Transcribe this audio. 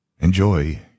Enjoy